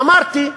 ואמרתי,